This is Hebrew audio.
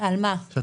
יש את